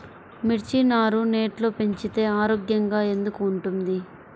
మిర్చి నారు నెట్లో పెంచితే ఆరోగ్యంగా ఎందుకు ఉంటుంది?